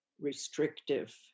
restrictive